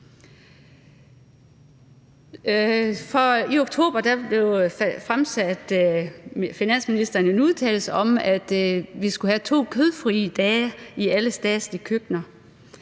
I oktober kom finansministeren med en udtalelse om, at vi skulle have to kødfrie dage i alle statslige køkkener.